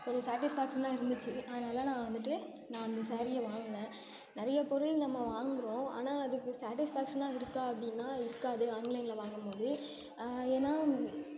ஒரு சாட்டிஸ்ஃபேக்ஷனாக இருந்துச்சு அதனால் நான் வந்துவிட்டு நான் அந்த ஸாரீய வாங்கினேன் நிறைய பொருள் நம்ம வாங்குகிறோம் ஆனால் அதுக்கு சாட்டிஸ்ஃபேக்ஷனாக இருக்கா அப்படின்னா இருக்காது ஆன்லைனில் வாங்கும்போது ஏன்னா